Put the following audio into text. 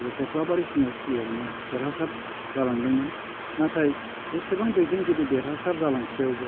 बे खख्लाबारि समस्थियावनो देरहासार जालांदोंमोन नाथाय एसेबां दैदेनगिरि देरहासार जालांसेयावबो